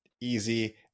easy